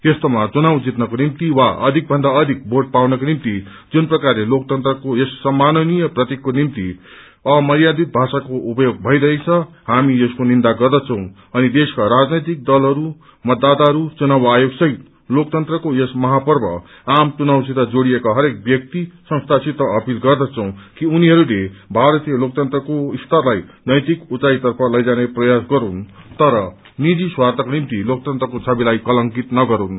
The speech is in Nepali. यस्तोमा चुनाव जित्नको निम्ति वा अधिकभन्दा अधिक भोट पाउनको निम्ति जुन प्रकारले लोकतन्त्रको यस सम्मानीय प्रतीकको निम्ति अमर्यादित भाषाको उपयोग भइरहेको छ हामी यसको निन्दा गर्दछौं अनि देशका राजनैतिक दलहरू मतदाताहरू चुनाव आयोग सहित लोकतन्त्रको यस महावर्प आम चुनावसित जोड़िएका हरेक व्यक्ति संस्थासित अपील गर्दछौं कि उनीहरूले भारतीय लोकतन्त्रको स्तरलाई नैतिक उचाईतर्फ लैजाने प्रयास गरून् तर निजी स्वार्थको निम्ति लोकतन्त्रको छविलाई कलंकित नगरून्